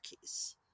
keys